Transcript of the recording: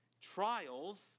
Trials